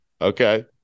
Okay